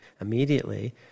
immediately